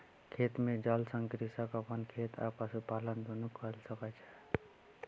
खेत के जल सॅ कृषक अपन खेत आ पशुपालन दुनू कय सकै छै